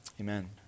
amen